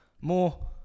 more